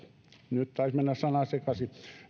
nyt taisi mennä sanat sekaisin